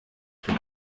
dem